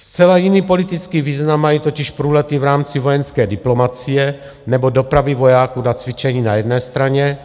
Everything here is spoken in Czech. Zcela jiný politický význam mají totiž průlety v rámci vojenské diplomacie nebo dopravy vojáků na cvičení na jedné straně